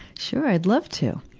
sure, i'd love to!